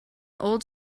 old